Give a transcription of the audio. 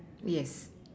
yes